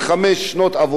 רגילות,